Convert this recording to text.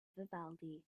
vivaldi